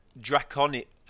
draconic